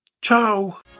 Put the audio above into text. ciao